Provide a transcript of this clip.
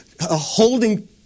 holding